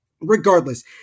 Regardless